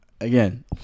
Again